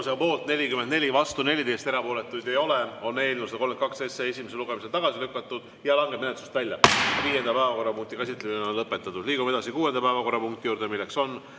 Tulemusega poolt 43, vastu 15, erapooletuid ei ole, on eelnõu 108 esimesel lugemisel tagasi lükatud ja langeb menetlusest välja. Neljanda päevakorrapunkti käsitlemine on lõpetatud. Läheme edasi viienda päevakorrapunkti juurde, milleks on